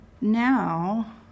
now